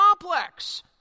complex